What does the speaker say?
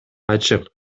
ачык